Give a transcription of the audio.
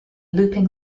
looping